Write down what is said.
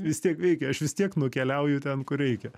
vis tiek veikia aš vis tiek nukeliauju ten kur reikia